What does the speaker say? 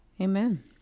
Amen